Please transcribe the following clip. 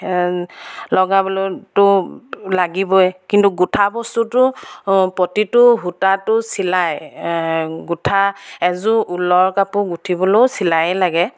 লগাবলৈতো লাগিবই কিন্তু গোঁঠা বস্তুটো প্ৰতিটো সূতাটো চিলাই গোঁঠা এযোৰ ঊলৰ কাপোৰ গোঁঠিবলৈও চিলাইয়ে লাগে